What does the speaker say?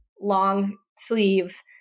long-sleeve